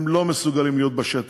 הם לא מסוגלים להיות בשטח.